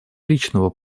личного